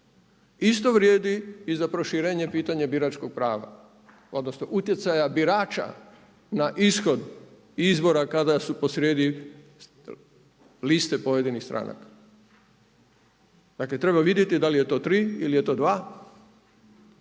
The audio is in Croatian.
Isto vrijedi i za proširenje pitanja biračkog prava odnosno utjecaja birača na ishod izbora kada su posrijedi liste pojedinih stranaka. Dakle treba vidjeti da li je to tri ili je to dva,